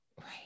Right